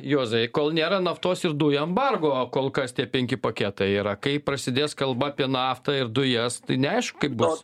juozai kol nėra naftos ir dujų embargo kol kas tie penki paketai yra kai prasidės kalba apie naftą ir dujas tai neaišku kaip bus